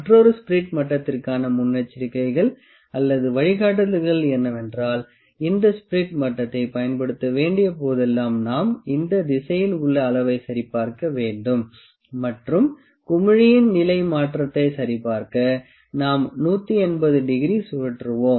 மற்றொரு ஸ்பிரிட் மட்டத்திற்கான முன்னெச்சரிக்கைகள் அல்லது வழிகாட்டுதல்கள் என்னவென்றால் இந்த ஸ்பிரிட் மட்டத்தை பயன்படுத்த வேண்டிய போதெல்லாம் நாம் இந்த திசையில் உள்ள அளவை சரிபார்க்க வேண்டும் மற்றும் குமிழியின் நிலை மாற்றத்தை சரிபார்க்க நாம் 180 டிகிரி சுழற்றுவோம்